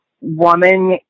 woman